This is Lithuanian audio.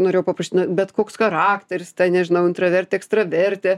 norėjau paprašyt nu bet koks charakteris ta nežinau intravertė ekstravertė